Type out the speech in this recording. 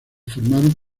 formaron